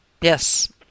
Yes